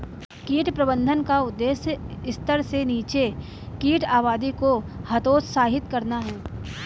कीट प्रबंधन का उद्देश्य स्तर से नीचे कीट आबादी को हतोत्साहित करना है